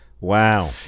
Wow